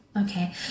Okay